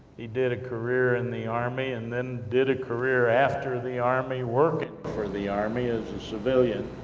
he did a career in the army, and then did a career after the army, working for the army, as a civilian,